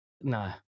no